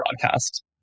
broadcast